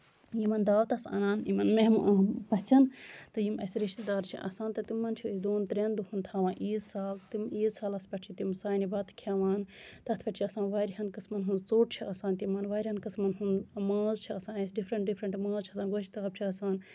یِمَن دعوتَس اَنان یِمن پَژھٮ۪ن تہٕ یِم اَسہِ رِشتٔدار چھِ آسان تہ تِمَن چھِ أسۍ دۄن ترٮ۪ن دۄہَن تھاوان عیٖز سال تِم عیٖز سالَس پٮ۪ٹھ چھِ تِم سانہِ بَتہٕ کھٮ۪وان تَتھ پٮ۪ٹھ چھِ آسان واریاہَن قٕسمَن ہنز ژوٚٹ چھِ آسان تِمن واریاہَن قٕسمَن ہُنٛد ماز چھُ آسان اَسہِ ڈِفرنٹ ڈِفرَنٹ ماز چھُ آسان گۄشتاب چھُ آسان